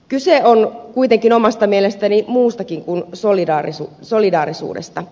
kyse on kuitenkin omasta mielestäni muustakin kun solidaarisuudesta